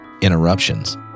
interruptions